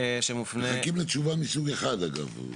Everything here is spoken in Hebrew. מחכים לתשובה מסוג אחד, אגב.